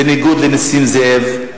בניגוד לנסים זאב,